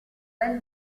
bel